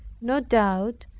no doubt,